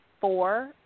four